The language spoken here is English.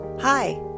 Hi